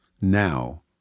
now